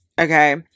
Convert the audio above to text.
Okay